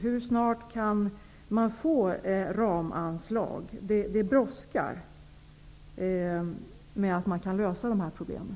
Hur snart kan man få ramanslag? Det brådskar med en lösning på de här problemen.